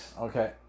Okay